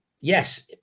yes